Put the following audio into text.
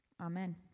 Amen